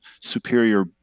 superior